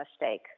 mistake